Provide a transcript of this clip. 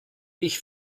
ich